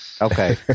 Okay